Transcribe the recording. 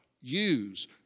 use